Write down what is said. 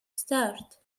start